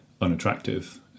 unattractive